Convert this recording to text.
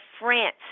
France